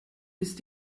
ist